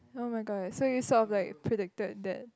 [oh]-my-god so you sort of like predicted that